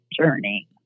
journey